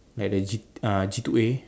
like the G uh G two A